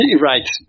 Right